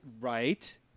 right